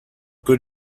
good